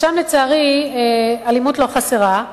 שם, לצערי, אלימות לא חסרה.